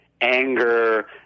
anger